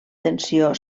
tensió